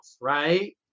right